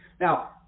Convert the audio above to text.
Now